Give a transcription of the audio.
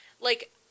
like-